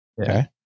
Okay